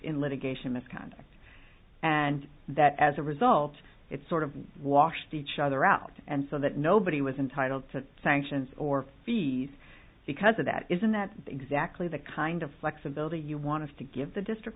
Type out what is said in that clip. in litigation misconduct and that as a result it sort of washed each other out and so that nobody was entitled to sanctions or fees because of that isn't that exactly the kind of flexibility you want to give the district